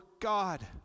God